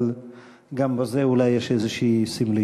אבל גם בזה אולי יש איזו סמליות.